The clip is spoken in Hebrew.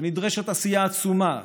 ונדרשת עשייה עצומה.